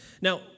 Now